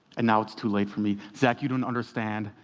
and now it's too late for me. zach, you don't understand.